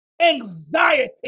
anxiety